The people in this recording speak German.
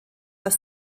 das